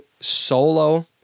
solo